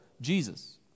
Jesus